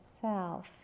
self